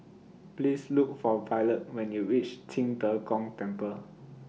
Please Look For Violet when YOU REACH Qing De Gong Temple